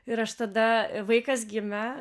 ir aš tada vaikas gimė